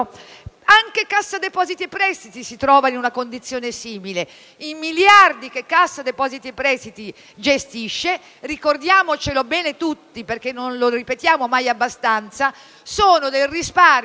anche la Cassa depositi e prestiti si trova in una condizione simile. I miliardi che la Cassa depositi e prestiti gestisce - ricordiamocelo bene tutti perché non lo ripetiamo mai abbastanza - provengono dal risparmio